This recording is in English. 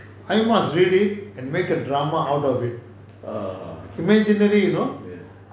I must read it and made a drama out of it imaginary you know